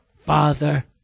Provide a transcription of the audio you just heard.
Father